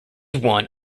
one